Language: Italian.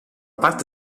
parte